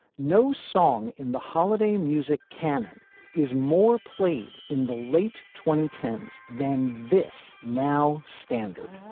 no song in the holiday music canon is more played in the late twenty ten s than this now standard